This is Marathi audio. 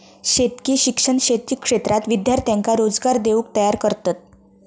शेतकी शिक्षण शेती क्षेत्रात विद्यार्थ्यांका रोजगार देऊक तयार करतत